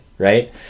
right